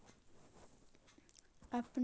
अपने के तो बहुते कम बचतबा होब होथिं?